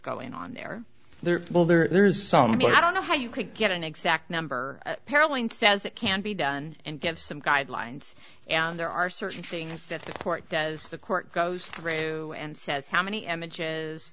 going on there well there's so many i don't know how you could get an exact number apparently and says it can be done and give some guidelines and there are certain things that the court does the court goes through and says how many images